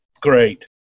Great